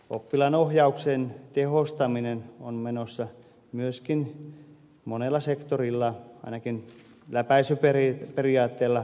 oppilaanohjauksen tehostaminen on menossa myöskin monella sektorilla ainakin läpäisyperiaatteella eteenpäin